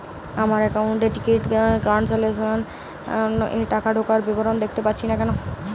আমার একাউন্ট এ ticket cancellation এর টাকা ঢোকার বিবরণ দেখতে পাচ্ছি না কেন?